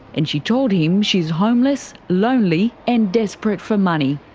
and she told him she's homeless, lonely and desperate for money.